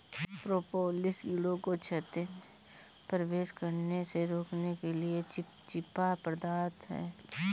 propolis कीड़ों को छत्ते में प्रवेश करने से रोकने के लिए चिपचिपा पदार्थ है